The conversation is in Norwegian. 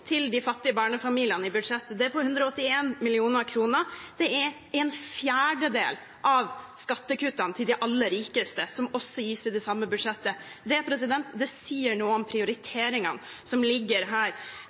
til de fattige barnefamiliene i budsjettet. Det er på 181 mill. kr. Det er en fjerdedel av skattekuttene til de aller rikeste, som også gis i det samme budsjettet. Det sier noe om prioriteringene som ligger her.